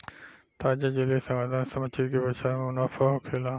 ताजा जलीय संवर्धन से मछली के व्यवसाय में मुनाफा होखेला